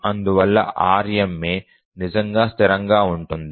అందువల్ల RMA నిజంగా స్థిరంగా ఉంటుంది